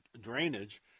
drainage